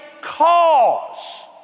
cause